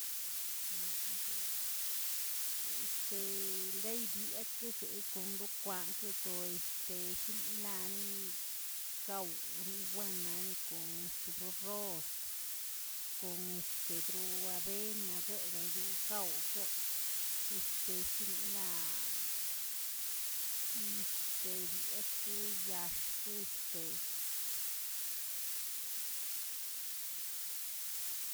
este ldeybi ekeꞌzeꞌe kon lo kwangdo este shin ilani gawꞌ iwanani kon ro- rroz kon este droabenaꞌzə daa yoo gawꞌ gawꞌ, este shinꞌilaꞌa este byekə yaaxkə este.